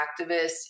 activists